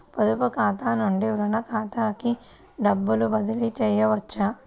పొదుపు ఖాతా నుండీ, రుణ ఖాతాకి డబ్బు బదిలీ చేయవచ్చా?